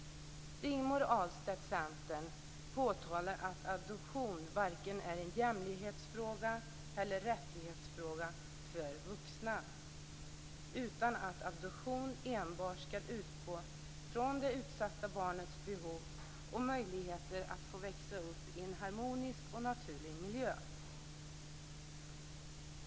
Rigmor Ahlstedt, Centern, påtalar att adoption varken är en jämlikhetsfråga eller en rättighetsfråga för vuxna, utan att man vid adoption enbart ska utgå från det utsatta barnets behov och möjligheter att få växa upp i en harmonisk och naturlig miljö.